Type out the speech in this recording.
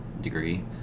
degree